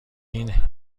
این